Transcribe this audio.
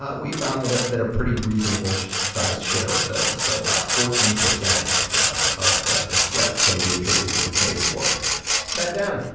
ah we found that ah that a pretty reasonable-sized share of those so about fourteen percent of of the the flip can be attributed to the trade war chad bown,